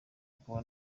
akaba